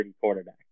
quarterback